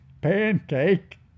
pancake